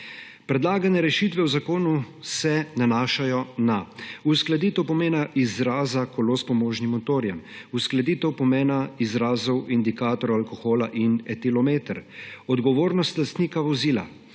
Predlagane rešitve v zakonu se nanašajo na uskladitev pomena izraza kolo s pomožnim motorjem, uskladitev pomena izrazov indikator alkohola in etilometer, odgovornost lastnika vozila,